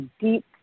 deep